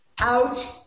out